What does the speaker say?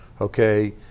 okay